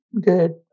good